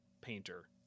painter